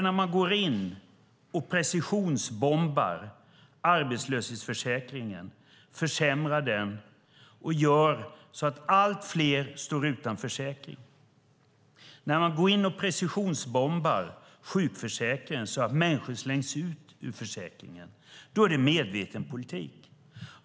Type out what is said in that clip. När man går in och precisionsbombar arbetslöshetsförsäkringen, försämrar den och gör så att allt fler står utan försäkring och när man går in och precisionsbombar sjukförsäkringen så att människor slängs ut ur den är det medveten politik.